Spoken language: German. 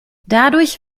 dadurch